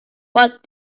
what